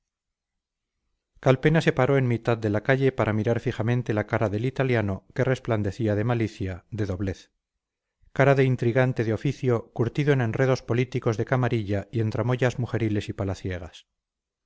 calpena se paró en mitad de la calle para mirar fijamente la cara del italiano que resplandecía de malicia de doblez cara de intrigante de oficio curtido en enredos políticos de camarilla y en tramoyas mujeriles y palaciegas